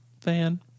fan